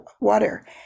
water